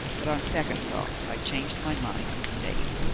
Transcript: but on second thoughts i changed my mind, and stayed.